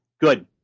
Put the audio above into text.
good